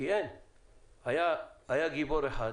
היה גיבור אחד,